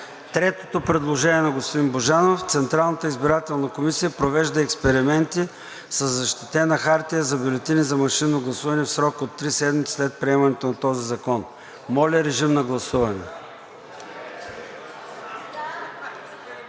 електронното управление; 3. Централната избирателна комисия провежда експерименти със защитена хартия за бюлетини за машинно гласуване в срок от 3 седмици след приемането на този закон. Моля, режим на гласуване